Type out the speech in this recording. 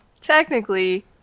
technically